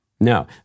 No